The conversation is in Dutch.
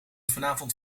vanavond